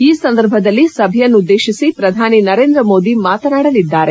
ಈ ಸಂದರ್ಭದಲ್ಲಿ ಸಭೆಯನ್ನುದ್ದೇಶಿಸಿ ಪ್ರಧಾನಿ ನರೇಂದ್ರ ಮೋದಿ ಮಾತನಾಡಲಿದ್ದಾರೆ